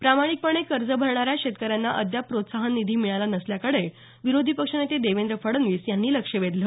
प्रामाणिकपणे कर्ज भरणाऱ्या शेतकऱ्यांना अद्याप प्रोत्साहन निधी मिळाला नसल्याकडे विरोधी पक्षनेते देवेंद्र फडणवीस यांनी लक्ष वेधलं